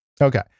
Okay